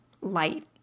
light